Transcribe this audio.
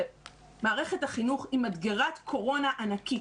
שמערכת החינוך היא מדגרת קורונה ענקית.